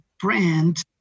brand